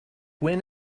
when